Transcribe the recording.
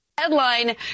Headline